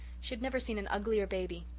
she had never seen an uglier baby.